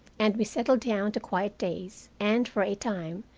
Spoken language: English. and we settled down to quiet days, and, for a time,